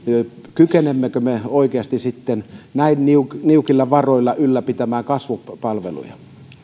kykenemmekö me oikeasti sitten näin niukilla varoilla ylläpitämään kasvupalveluja